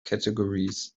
categories